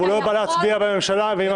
והוא לא בא להצביע בממשלה ועם הכנסת.